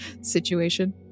situation